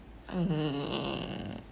mm